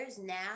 now